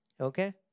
Okay